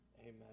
Amen